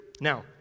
Now